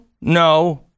no